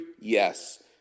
Yes